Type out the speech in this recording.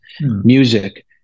Music